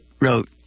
wrote